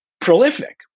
prolific